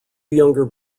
younger